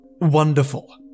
Wonderful